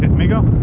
amigo